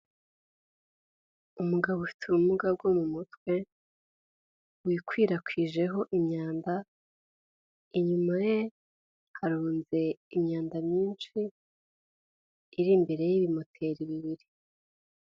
Umugabo ufite ubumuga bwo mu mutwe wikwirakwijeho imyanda, inyuma ye harunze imyanda myinshi iri imbere y'ibimoteri bibiri.